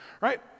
right